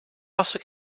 also